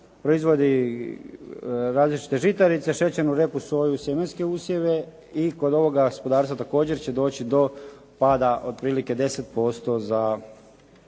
proizvodi različite žitarice, šećernu repu, soju i sjemenske usjeve. I kod ovog gospodarstva također će doći do pada otprilike 10% u